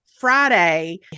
Friday